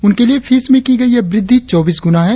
उनके लिए फीस में की गई यह वृद्धि चौबीस गुना है